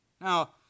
Now